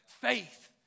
faith